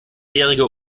jährige